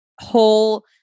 whole